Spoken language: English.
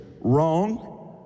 wrong